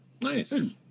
Nice